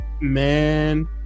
man